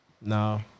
No